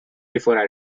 before